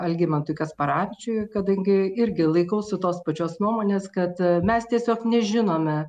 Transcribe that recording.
algimantui kasparavičiui kadangi irgi laikausi tos pačios nuomonės kad mes tiesiog nežinome